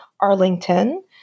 Arlington